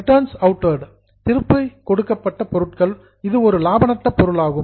return outward திருப்பி கொடுக்கப்பட்ட பொருட்கள் இது ஒரு லாப நஷ்ட பொருளாகும்